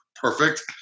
perfect